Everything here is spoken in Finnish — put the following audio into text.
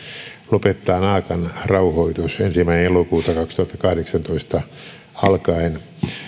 lopettaa naakan rauhoitus ensimmäinen elokuuta kaksituhattakahdeksantoista alkaen